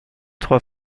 trois